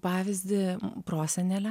pavyzdį prosenelę